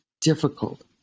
difficult